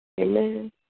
Amen